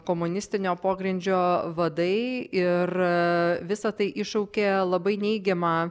komunistinio pogrindžio vadai ir visa tai iššaukė labai neigiamą